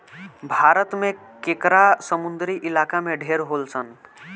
भारत में केकड़ा समुंद्री इलाका में ढेर होलसन